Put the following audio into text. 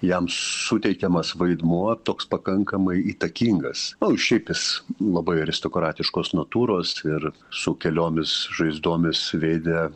jam suteikiamas vaidmuo toks pakankamai įtakingas o i šiaip jis labai aristokratiškos natūros ir su keliomis žaizdomis veide